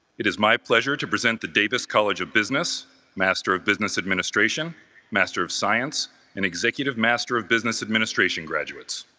it is my pleasure to present the davis college of business master of business administration master of science and executive master of business administration graduates